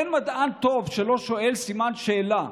אין מדען טוב שלא שם סימן שאלה,